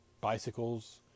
Bicycles